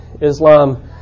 Islam